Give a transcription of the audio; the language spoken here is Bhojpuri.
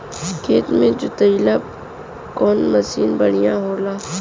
खेत के जोतईला कवन मसीन बढ़ियां होला?